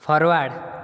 forward